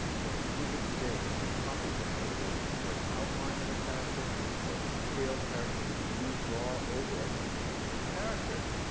so, even today, you see copy books where there's either an outline of a character or pale character which you draw over as you form your characters.